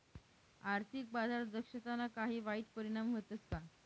आर्थिक बाजार दक्षताना काही वाईट परिणाम व्हतस का